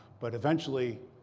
but eventually,